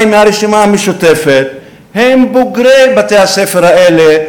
מהרשימה המשותפת הם בוגרי בתי-הספר האלה,